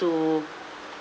to